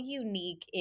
unique